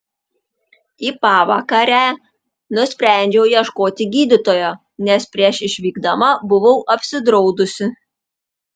į pavakarę nusprendžiau ieškoti gydytojo nes prieš išvykdama buvau apsidraudusi